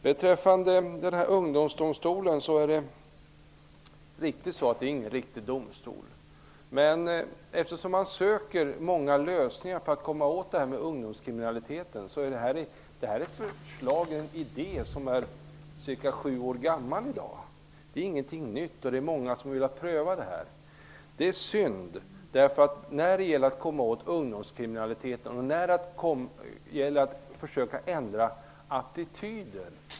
Det är riktigt att ungdomsdomstolen inte är någon riktig domstol, men jag har framfört förslaget eftersom man söker efter lösningar för att komma åt ungdomskriminaliteten. Det här är en idé som i dag är ungefär sju år gammal. Det är ingenting nytt, och det är många som har velat pröva det här. Det är synd att den idén avfärdas.